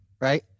right